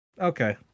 Okay